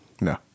No